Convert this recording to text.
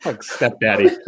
Stepdaddy